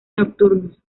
nocturnos